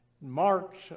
Mark's